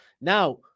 Now